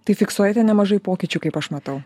tai fiksuojate nemažai pokyčių kaip aš matau